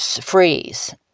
freeze